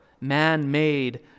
man-made